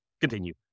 continue